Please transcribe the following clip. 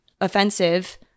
offensive